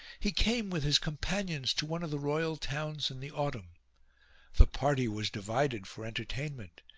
he came with his companions to one of the royal towns in the autumn the party was divided for entertainment,